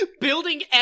Building